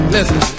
Listen